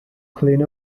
clean